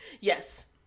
yes